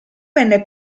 venne